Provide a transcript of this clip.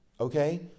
okay